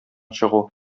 чыгу